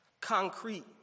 concrete